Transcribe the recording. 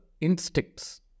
instincts